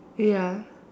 ya